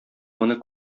моны